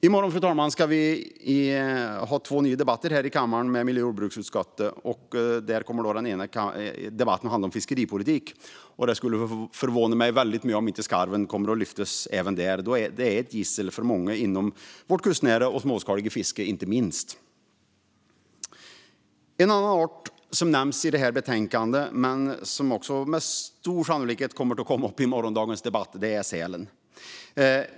I morgon, fru talman, ska vi i miljö och jordbruksutskottet ha två nya debatter här i kammaren. Den ena handlar om fiskeripolitik, och det skulle förvåna mig väldigt mycket om inte skarven tas upp även där. Den är ett gissel för många, inte minst inom det kustnära och småskaliga fisket. En annan art som nämns i detta betänkande och som med stor sannolikhet kommer att komma upp i morgondagens debatt är sälen.